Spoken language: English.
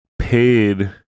paid